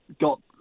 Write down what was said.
got